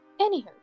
Anywho